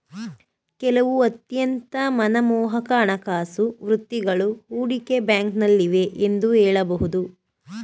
ಕೆಲವು ಅತ್ಯಂತ ಮನಮೋಹಕ ಹಣಕಾಸು ವೃತ್ತಿಗಳು ಹೂಡಿಕೆ ಬ್ಯಾಂಕ್ನಲ್ಲಿವೆ ಎಂದು ಹೇಳಬಹುದು